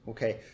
Okay